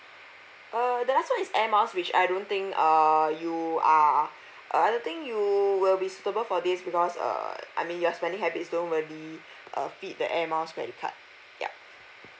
uh the last one is airmiles which I don't think uh you are I don't think you will be suitable for this because err I mean your spending habits don't really uh fit the airmiles credit card yup